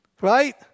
Right